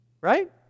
Right